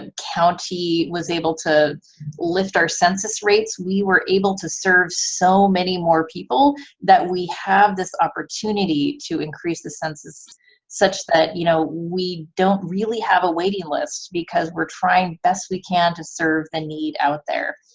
and county was able to lift our census rates. we were able to serve so many more people that we have this opportunity to increase the census such that, you know, we don't really have a waiting list because we're trying best we can to serve the need out there.